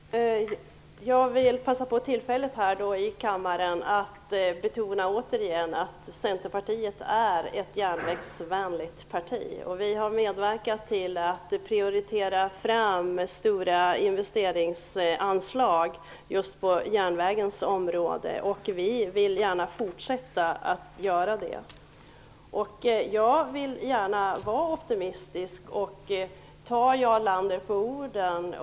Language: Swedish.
Fru talman! Jag vill utnyttja tillfället att återigen här i kammaren betona att Centerpartiet är ett järnvägsvänligt parti. Vi har medverkat till en prioritering av stora investeringsanslag just på järnvägens område, och vi vill gärna fortsätta att göra det. Jag är gärna optimistisk och tar således Jarl Lander på orden.